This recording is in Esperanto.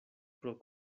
pro